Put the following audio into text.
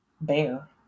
bear